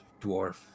dwarf